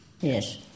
Yes